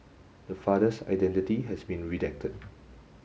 the father's identity has been redacted